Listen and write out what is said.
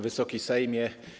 Wysoki Sejmie!